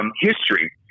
history